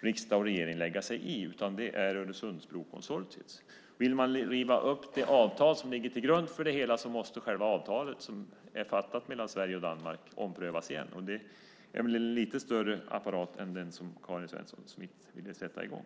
riksdag och regering lägga sig i, utan det är Öresundsbrokonsortiet. Vill man riva upp det avtal som ligger till grund för det hela måste själva avtalet som slöts mellan Sverige och Danmark omprövas, och det är väl en lite större apparat än den Karin Svensson Smith ville sätta i gång.